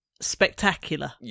spectacular